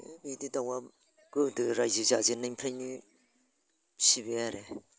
बिदि दाउआ गोदो रायजो जाजेननायनिफ्रायनो फिसिबाय आरो